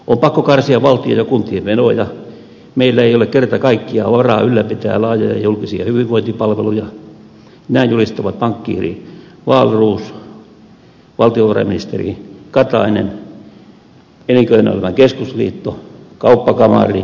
on pakko karsia valtion ja kuntien menoja meillä ei ole kerta kaikkiaan varaa ylläpitää laajoja julkisia hyvinvointipalveluja näin julistavat pankkiiri wahlroos valtiovarainministeri katainen elinkeinoelämän keskusliitto kauppakamari kuntajohtajat ja valtamedia